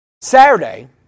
Saturday